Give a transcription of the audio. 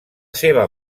seva